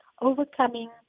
overcoming